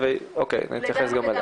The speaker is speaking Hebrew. לגמרי.